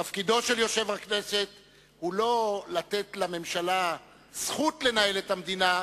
תפקידו של יושב-ראש הכנסת הוא לא לתת לממשלה זכות לנהל את המדינה,